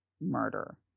murder